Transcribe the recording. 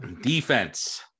Defense